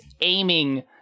aiming